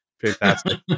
fantastic